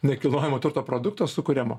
nekilnojamo turto produkto sukuriamo